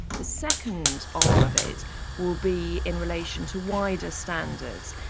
the second arm of it will be in relation to wider standards,